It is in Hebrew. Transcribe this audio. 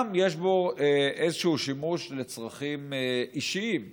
יש בו איזשהו שימוש לצרכים אישיים שלו,